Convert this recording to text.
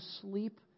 sleep